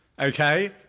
Okay